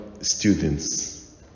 students